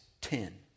ten